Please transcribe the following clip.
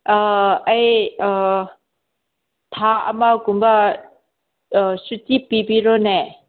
ꯑꯩ ꯊꯥ ꯑꯃꯒꯨꯝꯕ ꯁꯨꯇꯤ ꯄꯤꯕꯤꯔꯣꯅꯦ